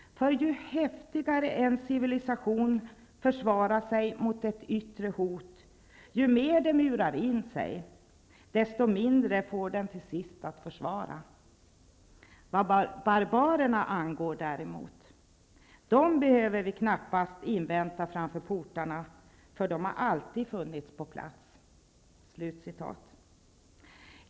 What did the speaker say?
För ju häftigare en civilisation försvarar sig mot ett yttre hot, ju mer den murar in sig, desto mindre får den till sist att försvara. Vad barbarerna angår däremot, dom behöver vi knappast invänta framför portarna. För de har alltid funnits på plats.''''